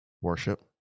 Worship